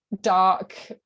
dark